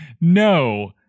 No